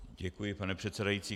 Děkuji, pane předsedající.